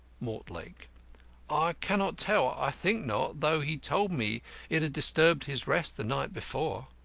mortlake i cannot tell. i think not, though he told me it had disturbed his rest the night before.